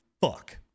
fuck